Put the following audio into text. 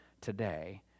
today